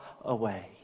away